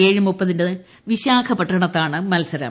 ന് വിശാഖപട്ടണത്താണ് മൽസരം